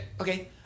okay